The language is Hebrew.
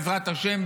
בעזרת השם,